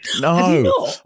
No